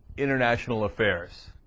international affairs